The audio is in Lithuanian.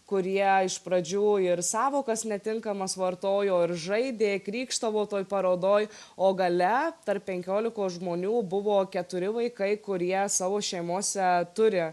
kurie iš pradžių ir sąvokas netinkamas vartojo ir žaidė krykštavo toj parodoj o gale tarp penkiolikos žmonių buvo keturi vaikai kurie savo šeimose turi